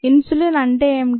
insulin అంటే ఏమిటి